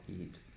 eat